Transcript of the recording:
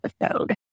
episode